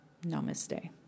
Namaste